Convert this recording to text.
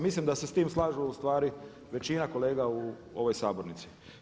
Mislim da se s tim slažu ustvari većina kolega u ovoj sabornici.